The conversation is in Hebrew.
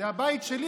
זה הבית שלי,